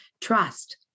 Trust